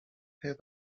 head